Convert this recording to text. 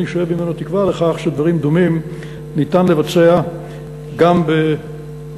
אני שואב ממנו תקווה לכך שדברים דומים ניתן לבצע גם בעתיד.